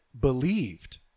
believed